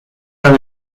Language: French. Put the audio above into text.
dans